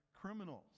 criminals